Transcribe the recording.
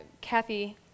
Kathy